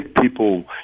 people